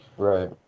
Right